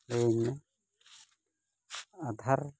ᱞᱟᱹᱭᱟᱹᱧ ᱢᱮ ᱟᱫᱷᱟᱨ